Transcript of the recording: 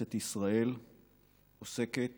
כנסת ישראל עוסקת